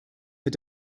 mit